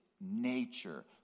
nature